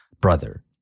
brother